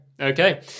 Okay